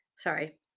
Sorry